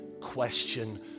question